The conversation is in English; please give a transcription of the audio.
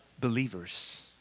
believers